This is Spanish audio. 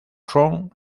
trump